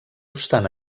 obstant